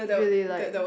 really like